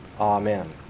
amen